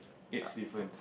eighth different